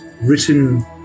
written